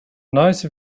nice